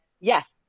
yes